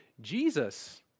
Jesus